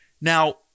Now